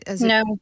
No